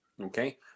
okay